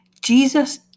Jesus